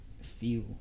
feel